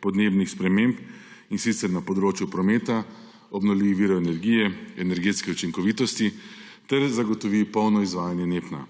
podnebnih sprememb, in sicer na področju prometa, obnovljivih virov energije, energetske učinkovitosti, ter zagotovi polno izvajanje NEPN.